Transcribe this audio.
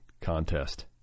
contest